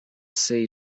say